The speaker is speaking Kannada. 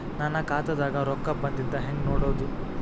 ನನ್ನ ಖಾತಾದಾಗ ರೊಕ್ಕ ಬಂದಿದ್ದ ಹೆಂಗ್ ನೋಡದು?